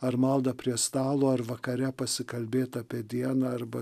ar maldą prie stalo ar vakare pasikalbėt apie dieną arba